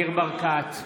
ניר ברקת,